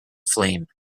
flame